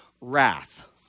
wrath